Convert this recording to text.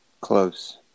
Close